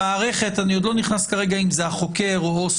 והמערכת מתרשמת אני עוד לא נכנס כרגע אם זה החוקר או עובד